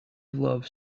love